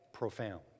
profound